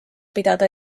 pidada